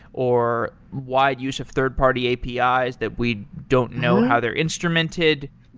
or wide use of third party apis ah that we don't know how they're instrumented.